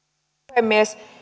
puhemies